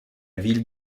ville